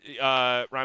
Ryan